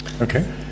Okay